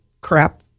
crap